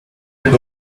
and